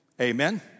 Amen